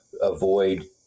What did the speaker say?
avoid